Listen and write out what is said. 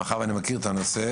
מאחר ואני מכיר את הנושא,